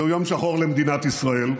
זהו יום שחור למדינת ישראל.